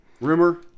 rumor